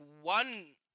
one